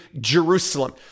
Jerusalem